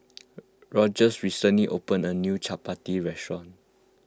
Rogers recently opened a new Chapati restaurant